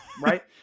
Right